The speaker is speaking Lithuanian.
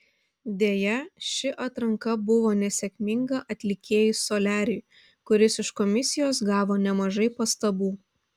deja ši atranka buvo nesėkminga atlikėjui soliariui kuris iš komisijos gavo nemažai pastabų